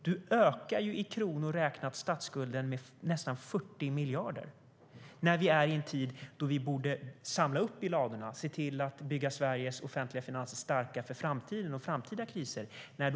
Du ökar ju statsskulden med nästan 40 miljarder i kronor räknat. Vi är i en tid då vi borde samla i ladorna och se till att bygga Sveriges offentliga finanser starka för framtiden och framtida kriser.